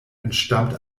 entstammt